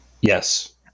Yes